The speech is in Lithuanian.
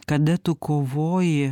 kada tu kovoji